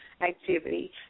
activity